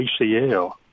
ACL